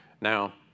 Now